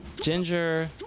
Ginger